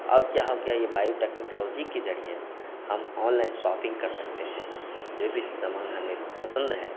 अब क्या हो गया यह बायोटेक्निकलॉजी के ज़रिया हम ऑनलाइन शॉपिंग कर सकते हैं जो भी सामान हमें पसंद है